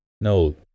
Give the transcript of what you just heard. No